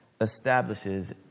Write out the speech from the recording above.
establishes